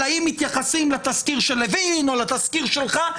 אני שואל שאלה שהיא שאלה לדעתי מקבילה לשאלה שלך.